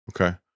Okay